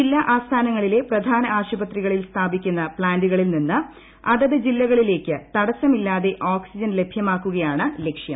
ജില്ലാ ആസ്ഥാനങ്ങളിലെ പ്രധാന ആശുപത്രികളിൽ സ്ഥാപിക്കുന്ന പ്ലാന്റുകളിൽ നിന്ന് അതത് ജില്ലകളിലേക്ക് തടസ്സമില്ലാതെ ഓക്സിജൻ ലഭ്യമാക്കുകയാണ് ലക്ഷ്യം